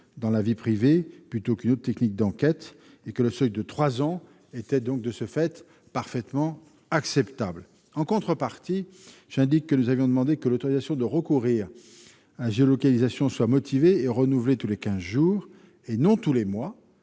dans la vie privée que d'autres techniques d'enquête et que le seuil de trois ans était, de ce fait, parfaitement acceptable. En contrepartie, nous avions demandé que l'autorisation de recourir à la géolocalisation soit motivée et renouvelée tous les quinze jours, et non tous les mois,